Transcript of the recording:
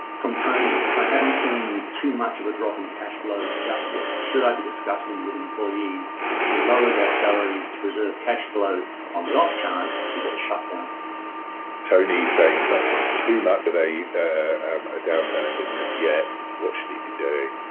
from tony, i haven't seen too much of a drop in cash flow just yet. should i be discussing with employees to lower their salaries, to reserve cash flow on the off chance we get a shutdown? ed tony is saying he's not seeing too much of a a downturn in business yet. what should he be doing?